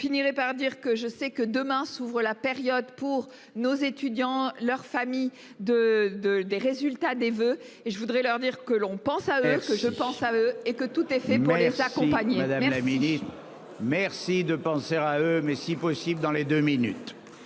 je finirai par dire que je sais que demain s'ouvre la période pour nos étudiants leur famille de de des résultats des voeux et je voudrais leur dire que l'on pense à eux que je pense à eux et que tout est fait pour les la compagnie. Madame la ministre. Merci. Essayer de penser à eux. Mais si possible dans les 2 minutes.